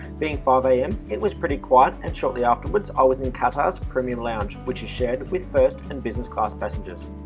being five a m. it was pretty quiet and shortly afterwards i was in qatar so premium lounge, which is shared with first and business class passengers.